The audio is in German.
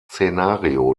szenario